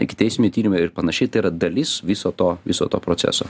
ikiteisminiai tyrimai ir panašiai tai yra dalis viso to viso to proceso